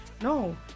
no